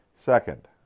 Second